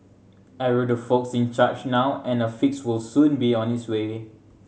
arrow the folks in charge now and a fix will soon be on its way